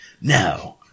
Now